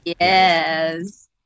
Yes